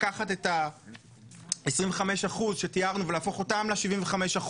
לקחת את ה-25% שתיארנו ולהפוך אותם ל-75%,